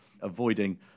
avoiding